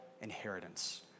inheritance